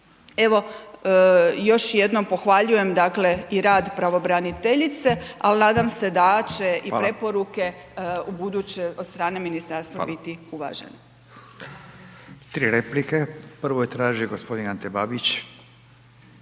Evo, još jednom pohvaljujem dakle i rad pravobraniteljice, ali nadam se da će i .../Upadica: Hvala./... preporuke ubuduće od strane ministarstva biti uvažene.